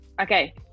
okay